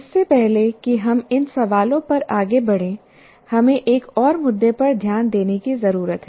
इससे पहले कि हम इन सवालों पर आगे बढ़ें हमें एक और मुद्दे पर ध्यान देने की जरूरत है